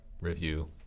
review